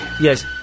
Yes